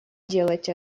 делать